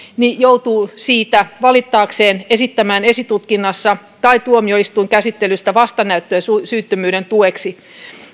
niin joutuu siitä valittaakseen esittämään esitutkinnassa tai tuomioistuinkäsittelyssä vastanäyttöä syyttömyyden tueksi